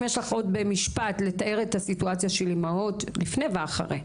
במשפט אם אפשר לתאר את הסיטואציה של האימהות לפני ואחרי.